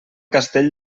castell